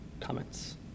Comments